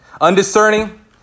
Undiscerning